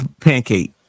pancake